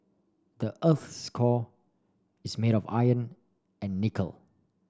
the earth's core is made of iron and nickel